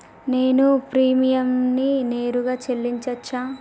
నేను ప్రీమియంని నేరుగా చెల్లించాలా?